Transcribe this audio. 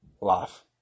life